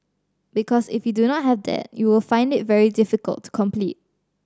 because if you do not have that you will find it very difficult to compete